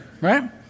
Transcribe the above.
right